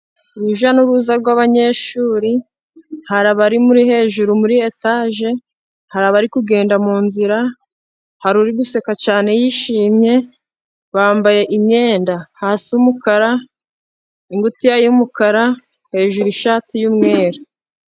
Urujya n'uruza rw'abanyeshuri hari abari hejuru muri etaje, hari abari kugenda munzira, hari uri guseka cyane yishimye, bambaye imyenda hasi umukara, ingutiya y'umukara, hejuru ishati y'umweru.